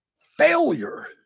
failure